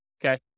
okay